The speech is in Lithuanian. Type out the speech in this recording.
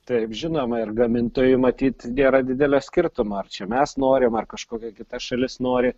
taip žinoma ir gamintojui matyt nėra didelio skirtumo ar čia mes norim ar kažkokia kita šalis nori